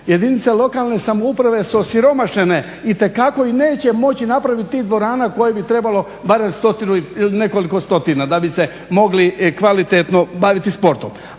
jedinice lokalne samouprave su osiromašene itekako i neće moći napraviti tih dvorana koje bi trebalo barem stotinu ili nekoliko stotina da bi se mogli kvalitetno baviti sportom.